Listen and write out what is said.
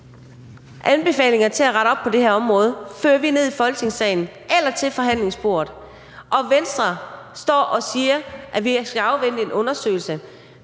anbefalinger til at rette op på det her område – fører vi ned i Folketingssalen eller til forhandlingsbordet. Og Venstre står og siger, at vi skal afvente en undersøgelse,